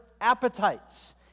appetites